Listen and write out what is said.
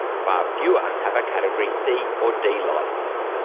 far fewer have a category c or d licence.